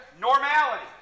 normality